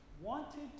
wanted